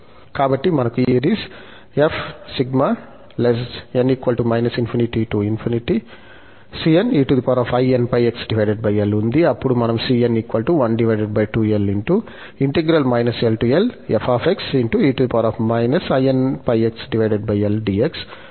కాబట్టి మనకు ఈ ఫోరియర్ సిరీస్ ఉంది అప్పుడు మనం ను లెక్కించవచ్చు